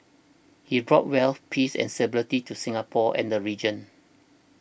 he brought wealth peace and stability to Singapore and the region